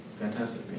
Fantastic